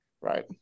right